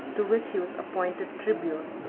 to which he was appointed tribune,